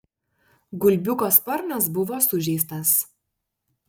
gulbiuko sparnas buvo sužeistas